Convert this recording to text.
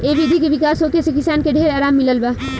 ए विधि के विकास होखे से किसान के ढेर आराम मिलल बा